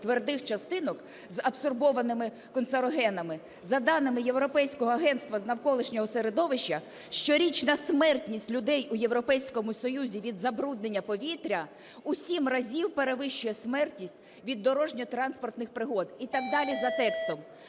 твердих частинок з адсорбованими канцерогенами, за даними Європейського агентства з навколишнього середовища, щорічна смертність людей у Європейському Союзі від забруднення повітря у 7 разів перевищує смертність від дорожньо-транспортних пригод" і так далі за текстом.